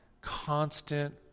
constant